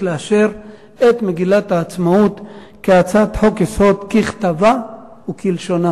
לאשר את מגילת העצמאות כהצעת חוק-יסוד ככתבה וכלשונה.